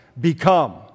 become